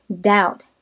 doubt